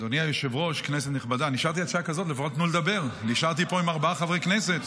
חברת הכנסת דבי ביטון,